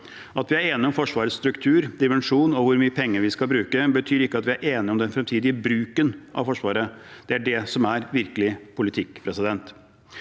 At vi er enige om Forsvarets struktur, dimensjon og hvor mye penger vi skal bruke, betyr ikke at vi er enige om den fremtidige bruken av Forsvaret. Det er det som er virkelig politikk.